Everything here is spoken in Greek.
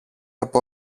από